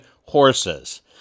horses